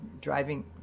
driving